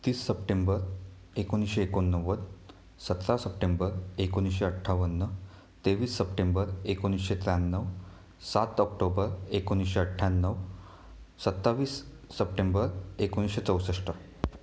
तीस सप्टेंबर एकोणीसशे एकोणनव्वद सतरा सप्टेंबर एकोणीसशे अठ्ठावन्न तेवीस सप्टेंबर एकोणीसशे त्र्याण्णव सात ऑक्टोबर एकोणीसशे अठ्याण्णव सत्तावीस सप्टेंबर एकोणीसशे चौसष्ट